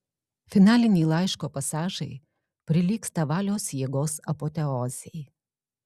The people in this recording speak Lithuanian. finaliniai laiško pasažai prilygsta valios jėgos apoteozei